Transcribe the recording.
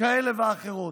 כאלה ואחרות.